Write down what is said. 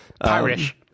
Irish